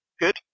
good